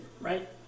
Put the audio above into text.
right